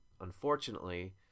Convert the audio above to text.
unfortunately